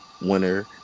winner